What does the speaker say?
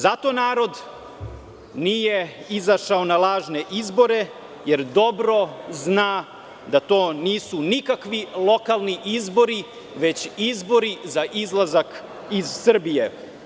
Zato narod nije izašao na lažne izbore, jer dobro zna da to nisu nikakvi lokalni izbori, već izbori za izlazak iz Srbije.